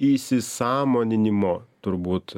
įsisąmoninimo turbūt